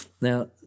Now